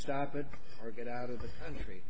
stop it or get out of the country